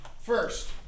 First